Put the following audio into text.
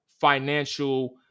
financial